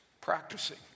practicing